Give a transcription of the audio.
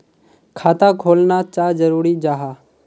खाता खोलना चाँ जरुरी जाहा?